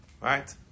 right